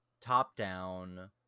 top-down